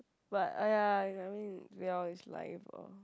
but !aiya! yeah I mean Val is liable